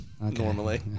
normally